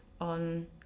on